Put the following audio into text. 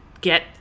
get